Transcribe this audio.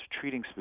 treating